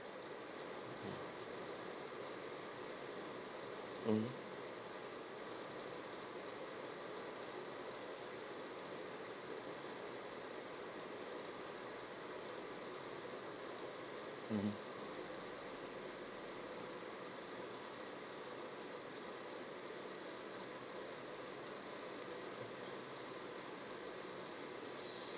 mmhmm mmhmm